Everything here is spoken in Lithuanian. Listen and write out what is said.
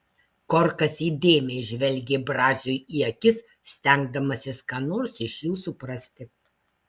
korkas įdėmiai žvelgė braziui į akis stengdamasis ką nors iš jų suprasti